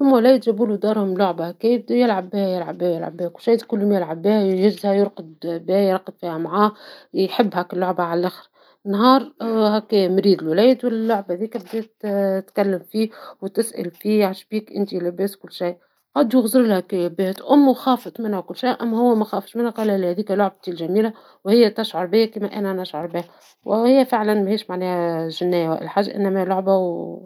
فما أولاد جابولهم دارهم لعبة هكايا ،يلعب بيها يلعب بيها يلعب بيها وكل شي ، كل ميلعب بيها يهزها ويرقد بيها يرقد فيها معاه ، يحب هكا اللعبة علخر ، نهار هكايا مريقل وهكا ، واللعبة هذيكا ولات تكلم فيه وتسأل فيه ايش بيك أنت لاباس وكل شي ، قاعد يخزرلها هكايا ، أمو خافت منها أما هو مخافش منها قالها لا هذيكا لعبتي الجميلة وهي تشعر بيا كما أنا نشعر بيها ، وهي فعلا مش معناتها هذيك جنية أما لعبة.